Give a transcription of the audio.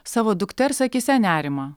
savo dukters akyse nerimą